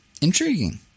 Intriguing